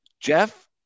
Jeff